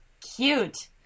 cute